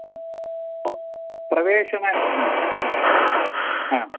ओ प्रवेशे